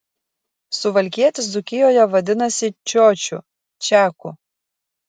suvalkietis dzūkijoje vadinasi čiočiu čiaku